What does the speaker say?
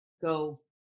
go